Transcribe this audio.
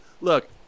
Look